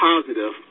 positive